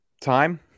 time